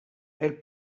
elle